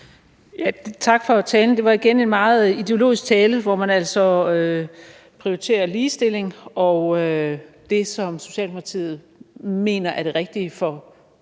Tak for talen. Det var igen en meget ideologisk tale, hvor man altså prioriterer ligestilling og det, som Socialdemokratiet mener er det rigtige for